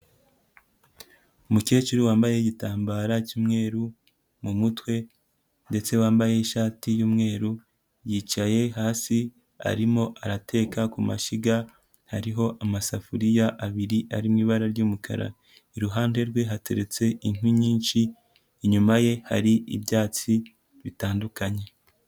Umukecuru wambaye igitambara cy'umweru mu mutwe ndetse wambaye ishati y'umweru yicaye hasi arimo arateka ku mashyiga hariho amasafuriya abiri ari mu ibara ry'umukara, iruhande rwe hateretse inkwi nyinshi, inyuma ye hari ibyatsi bitandukanye.